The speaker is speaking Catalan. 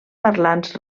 parlants